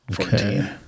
Okay